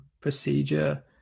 procedure